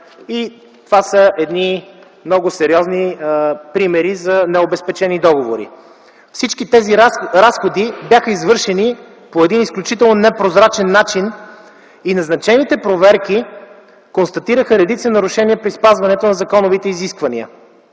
Това са сериозни примери за необезпечени договори. Всички тези разходи бяха извършени по изключително непрозрачен начин и назначените проверки констатираха редица нарушения при спазването на законовите изисквания.